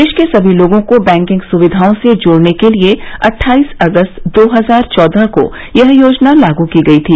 देश के सभी लोगों को बैंकिंग सुविधाओं से जोडने के लिए अटठाईस अगस्त दो हजार चौदह को यह योजना लागू की गई थी